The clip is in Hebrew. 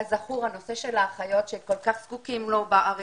כזכור, הנושא של האחיות שכל כך זקוקים להן בארץ,